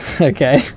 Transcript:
okay